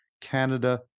Canada